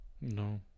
No